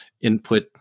input